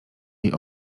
jej